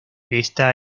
esta